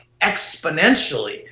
exponentially